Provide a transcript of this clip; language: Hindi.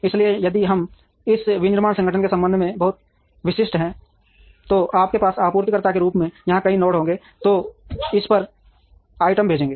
इसलिए यदि हम इस विनिर्माण संगठन के संबंध में बहुत विशिष्ट हैं तो आपके पास आपूर्तिकर्ताओं के रूप में यहां कई नोड होंगे जो इस पर आइटम भेजेंगे